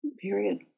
period